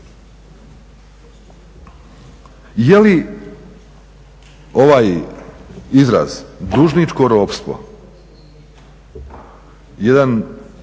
Je li ovaj izraz dužničko ropstvo jedan